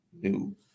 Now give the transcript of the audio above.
new